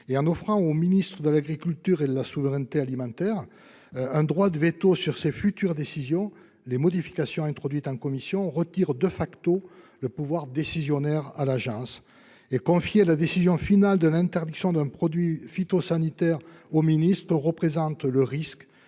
En offrant au ministre de l'agriculture et de la souveraineté alimentaire un droit de veto sur ses futures décisions, les modifications introduites en commission retirent son pouvoir décisionnaire à l'Agence. Confier la décision finale de l'interdiction d'un produit phytosanitaire au ministre présente le risque